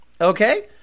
okay